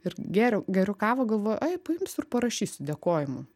ir gėriau geriu kavą galvoju ai paimsiu ir parašysiu dėkojimą